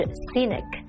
scenic